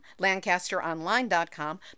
lancasteronline.com